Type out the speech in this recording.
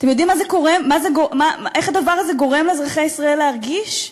אתם יודעים איך הדבר הזה גורם לאזרחי ישראל להרגיש?